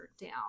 down